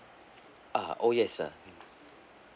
uh oh yes uh